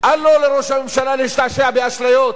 אל לו, לראש הממשלה, להשתעשע באשליות,